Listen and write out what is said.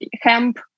hemp